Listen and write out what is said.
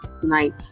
tonight